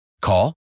Call